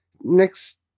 next